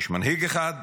יש מנהיג אחד,